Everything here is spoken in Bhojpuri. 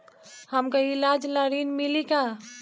हमका ईलाज ला ऋण मिली का?